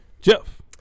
Jeff